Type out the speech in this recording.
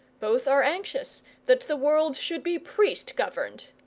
both are anxious that the world should be priest-governed,